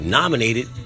nominated